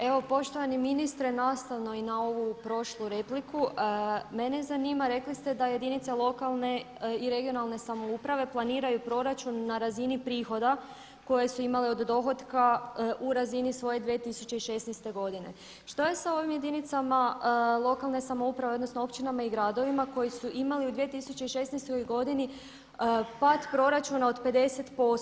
Evo poštovani ministre nastavno i na ovu prošlu repliku, mene zanima, rekli ste da jedinica lokalne i regionalne samouprave planiraju proračun na razini prihoda koje su imale od dohotka u razini svoje 2016. godine, što je sa ovim jedinicama lokalne samouprave, odnosno općinama i gradovima koji su imali u 2016. godini pad proračuna od 50%